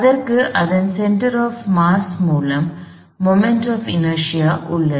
இதற்கு அதன் centre of mass மூலம் மொமெண்ட் ஆப் இநேர்ஸியா உள்ளது